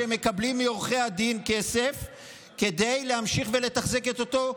כסף שהם מקבלים מעורכי הדין כדי להמשיך ולתחזק אותו,